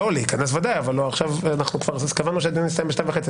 להיכנס ודאי, אבל קבענו שהדיון יסתיים ב-14:30.